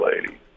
lady